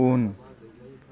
उन